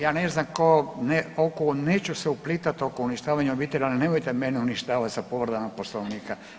Ja ne znam tko, neću se uplitati oko uništavanja obitelji ali nemojte mene uništavati sa povredama Poslovnika.